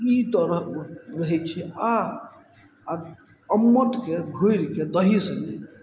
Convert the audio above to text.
ई तरह रहै छै आ अम्मटके घोरिके दही संगे